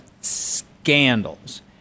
scandals